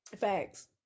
Facts